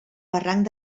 barranc